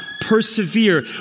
Persevere